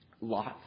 lots